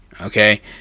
okay